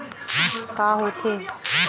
का होथे?